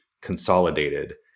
consolidated